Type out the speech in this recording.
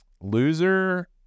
Loser